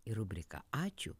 į rubriką ačiū